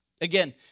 Again